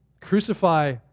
Crucify